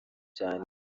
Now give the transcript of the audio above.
cyane